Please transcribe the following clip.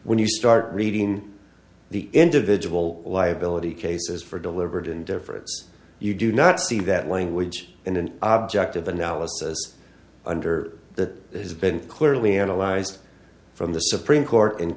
when you start reading the individual liability cases for deliberate indifference you do not see that language in an object of analysis under that has been clearly analyzed from the supreme court